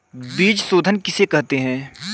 बीज शोधन किसे कहते हैं?